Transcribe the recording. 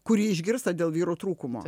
kurį išgirsta dėl vyrų trūkumo